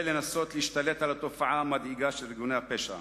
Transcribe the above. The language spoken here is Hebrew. לנסות להשתלט על התופעה המדאיגה של ארגוני הפשע.